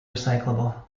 recyclable